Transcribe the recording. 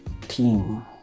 team